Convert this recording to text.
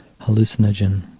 Hallucinogen